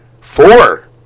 four